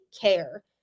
care